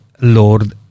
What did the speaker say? Lord